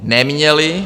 Neměli.